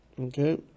Okay